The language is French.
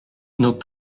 nos